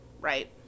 right